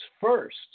first